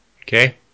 Okay